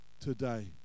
today